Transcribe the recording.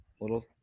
little